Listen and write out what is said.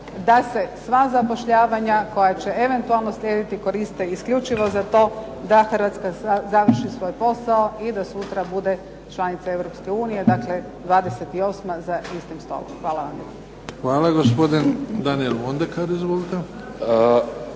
da se sva zapošljavanja koja će eventualno slijediti koriste isključivo za to da Hrvatska završi svoj posao i da sutra bude članica Europske unije, dakle 28. za istim stolom. Hvala vam lijepo. **Bebić, Luka (HDZ)**